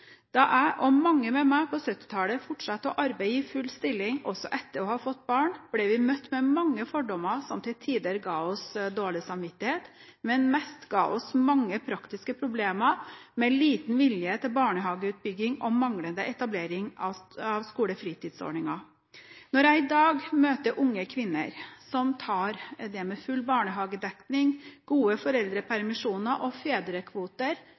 Da jeg og mange med meg på 1970-tallet fortsatte å arbeide i full stilling også etter å ha fått barn, ble vi møtt med mange fordommer som til tider ga oss dårlig samvittighet, men som mest ga oss mange praktiske problemer, med liten vilje til barnehageutbygging og manglende etablering av skolefritidsordninger. Når jeg i dag møter unge kvinner som tar det med full barnehagedekning, gode foreldrepermisjoner og fedrekvoter